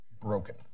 broken